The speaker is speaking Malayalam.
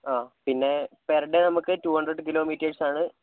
ആ പിന്നെ പെർ ഡേ നമുക്ക് റ്റൂ ഹണ്ട്രഡ് കിലോമീറ്റേർസ് ആണ്